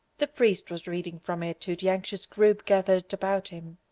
the priest was reading from it to the anxious group gathered about him.